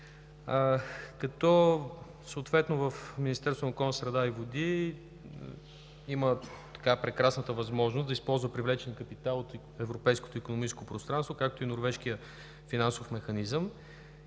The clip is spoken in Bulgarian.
като съответно Министерството на околната среда и водите има прекрасната възможност да използва привлечен капитал от Европейското икономическо пространство, както и от Норвежкия финансов механизъм.